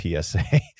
PSA